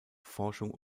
forschung